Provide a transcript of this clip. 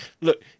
look